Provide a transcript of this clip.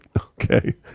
Okay